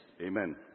Amen